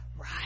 right